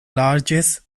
largest